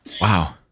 wow